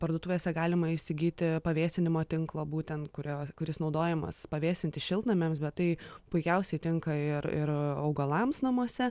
parduotuvėse galima įsigyti pavėsinimo tinklo būtent kurio kuris naudojamas pavėsinti šiltnamiams bet tai puikiausiai tinka ir ir augalams namuose